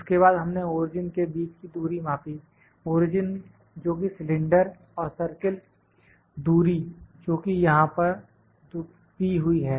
उसके बाद हमने ओरिजिन के बीच की दूरी मापी ओरिजिन जोकि सिलेंडर और सर्किल दूरी जो कि यहां पर दी हुई है